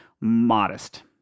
modest